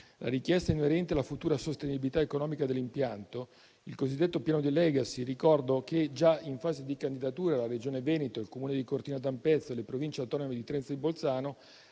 la richiesta inerente alla futura sostenibilità economica dell'impianto, il cosiddetto piano di *legacy*, ricordo che già in fase di candidatura la Regione Veneto, il Comune di Cortina d'Ampezzo e le Province autonome di Trento di Bolzano